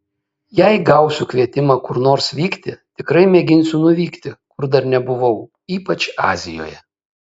jei gausiu kvietimą kur nors vykti tikrai mėginsiu nuvykti kur dar nebuvau ypač azijoje